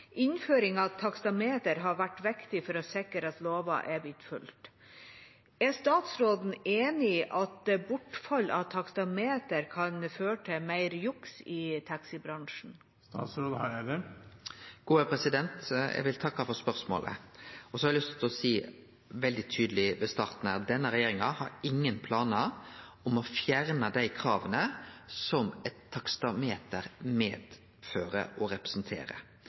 Innføring av taksameter har vært viktig for å sikre at lover har blitt fulgt. Er statsråden enig i at bortfall av taksameter kan føre til mer juks i taxibransjen?» Eg vil takke for spørsmålet. Så har eg lyst til å seie veldig tydeleg at denne regjeringa har ingen planar om å fjerne dei krava som eit taksameter medfører og representerer.